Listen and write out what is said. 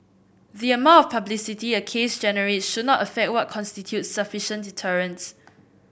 the amount of publicity a case generate should not affect what constitutes sufficient deterrence